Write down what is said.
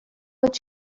would